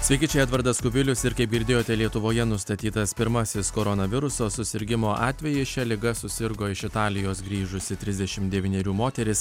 sveiki čia edvardas kubilius ir kaip girdėjote lietuvoje nustatytas pirmasis koronaviruso susirgimo atvejis šia liga susirgo iš italijos grįžusi trisdešimt devynerių moteris